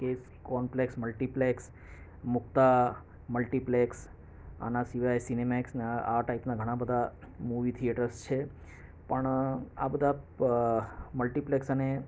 કે complex multiplex મોટા multiplex આના સિવાય સીનેમેક્સ અને આ ટાઇપના ઘણા બધા મૂવી થિએટર્સ છે પણ આ બધા મલ્ટીપ્લેક્ષ અને